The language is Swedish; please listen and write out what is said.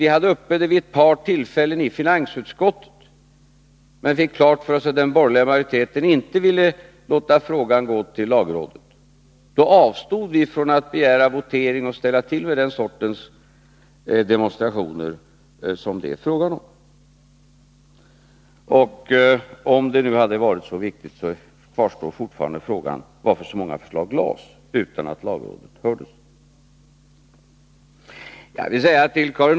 Vi hade den saken uppe i finansutskottet vid ett par tillfällen, men när vi fick klart för oss att den borgerliga majoriteten inte ville låta frågan gå till lagrådet avstod vi från att begära votering och ställa till med det slags demonstrationer som det här är fråga om. Om nu en lagrådsgranskning är så viktig frågar man sig varför så många förslag framlades av den borgerliga regeringen utan att lagrådet hördes.